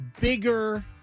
bigger